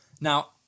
Now